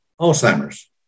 Alzheimer's